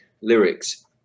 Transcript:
lyrics